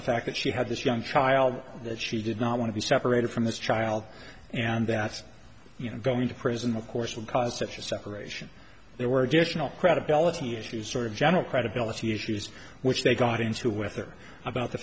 the fact that she had this young child that she did not want to be separated from this child and that you know going to prison of course would cause such a separation there were additional credibility issues sort of general credibility issues which they got into with her about the